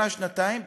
שנה-שנתיים,